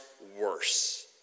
worse